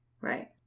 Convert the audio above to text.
right